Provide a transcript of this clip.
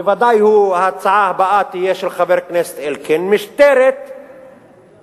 בוודאי ההצעה הבאה של חבר הכנסת אלקין תהיה משטרת עמותות.